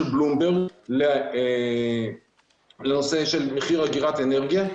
בלומברג לנושא של מחיר אגירת אנרגיה.